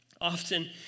Often